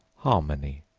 harmony.